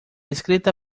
escrita